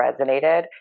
resonated